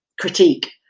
Critique